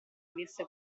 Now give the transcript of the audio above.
avesse